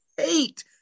hate